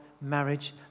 marriage